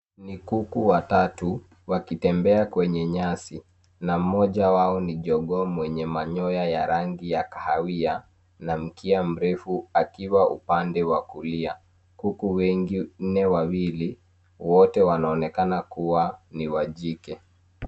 Ni kuku watatu wakitembea kwenye nyasi, na mmoja wao ni jogoo mwenye manyoya ya rangi ya kahawia na mkia mrefu, akikaa upande wa kulia. Kuku wengine wawili wote wanaonekana kuwa ni wa jike.